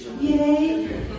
Yay